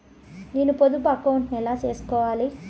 నేను పొదుపు అకౌంటు ను ఎలా సేసుకోవాలి?